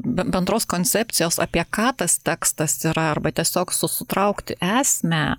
b bendros koncepcijos apie ką tas tekstas yra arba tiesiog su sutraukti esmę